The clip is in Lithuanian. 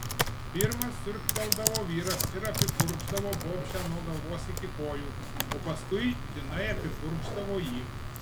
pirmas siurbteldavo vyras ir apipurkšdavo bobšę nuo galvos iki kojų o paskui jinai apipurkšdavo jį